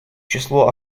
числу